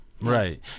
right